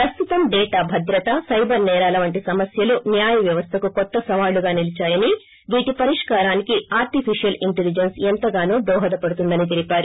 ప్రస్తుతం డేటా భద్రత సైబర్ సేరాల వంటి సమస్యలు న్యాయవ్యవస్థకు కొత్త సవాలుగా నిలీదాయని వీటి పరిష్కారానికి ఆర్టిఫీషియల్ ఇంటెలీజెన్స్ ఎంతగానో దోహదపడుతుందని తెలీపారు